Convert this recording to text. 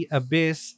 abyss